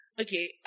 okay